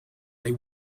they